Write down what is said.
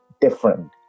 different